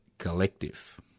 collective